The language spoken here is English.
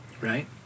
Right